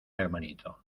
hermanito